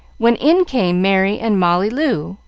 when in came merry and molly loo,